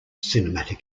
cinematic